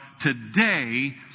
today